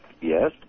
Yes